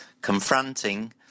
confronting